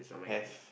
have